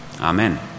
amen